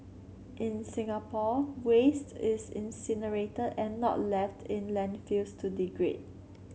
in Singapore waste is incinerated and not left in landfills to degrade